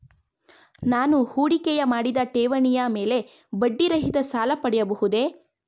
ನಾನು ಹೂಡಿಕೆ ಮಾಡಿದ ಠೇವಣಿಯ ಮೇಲೆ ಬಡ್ಡಿ ರಹಿತ ಸಾಲ ಪಡೆಯಬಹುದೇ?